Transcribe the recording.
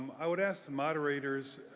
i would ask the moderators,